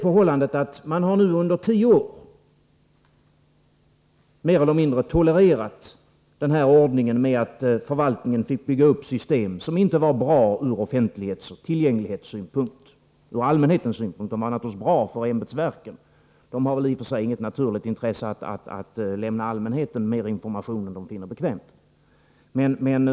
Man har nämligen under tio år mer eller mindre tolererat den ordning som inneburit att förvaltningarna tillåtits bygga upp system som inte är bra ur offentlighetsoch tillgänglighetssynpunkt — jag tänker då på allmänhetens intressen i fråga om offentlighetsrätten, för ämbetsverken har förstås i och för sig inget naturligt intresse av att lämna allmänheten mer information än de finner bekvämt.